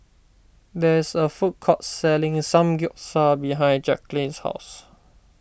there is a food court selling Samgyeopsal behind Jackeline's house